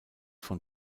von